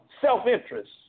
self-interest